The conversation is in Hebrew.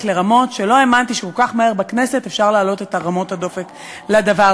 לרמות שלא האמנתי שאפשר בכנסת להעלות אליהן כל כך מהר.